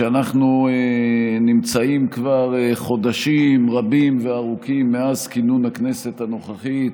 כשאנחנו נמצאים כבר חודשים רבים וארוכים מאז כינון הכנסת הנוכחית,